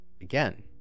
again